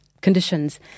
conditions